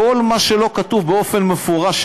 כל מה שלא כתוב באופן מפורש,